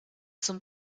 zum